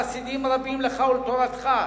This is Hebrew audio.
חסידים רבים לך ולתורתך,